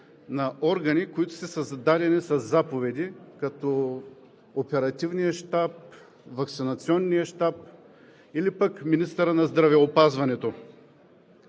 на органи, които са създадени със заповеди, като оперативния щаб, ваксинационния щаб или пък министъра на здравеопазването.